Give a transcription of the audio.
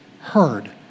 heard